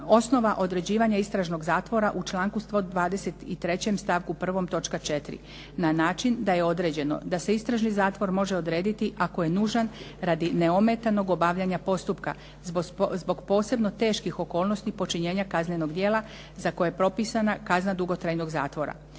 osnova određivanja istražnog zatvora u članku 123. stavku 1. točka 4. na način da je određeno da se istražni zatvor može odrediti ako je nužan radi neometanog obavljanja postupka zbog posebno teških okolnosti počinjenja kaznenog djela za koje je propisana kazna dugotrajnog zatvora.